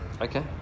Okay